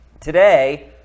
Today